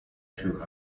true